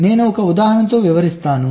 నేను ఒక ఉదాహరణతో వివరిస్తాను